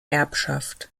erbschaft